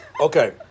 Okay